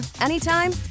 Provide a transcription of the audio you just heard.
anytime